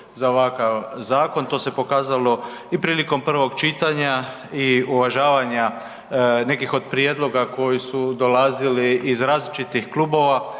za ovakav zakon, to se pokazalo i prilikom prvog čitanja i uvažavanja nekih od prijedloga koji su dolazili iz različitih klubova,